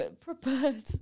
prepared